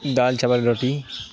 دال چاول روٹی